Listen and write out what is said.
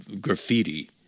graffiti